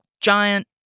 giant